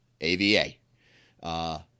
A-V-A